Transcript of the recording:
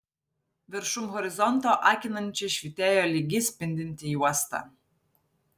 viršum horizonto akinančiai švytėjo lygi spindinti juosta